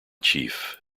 chief